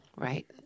Right